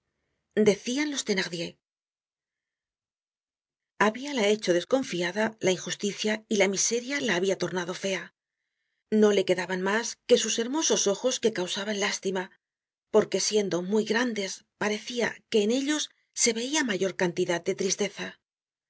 decian los thenardier habiala hecho desconfiada la injusticia y la miseria la habia tornado fea no le quedaban mas que sus hermosos ojos que causaban lástima porque siendo muy grandes parecia que en ellos se veia mayor cantidad de tristeza